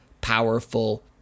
powerful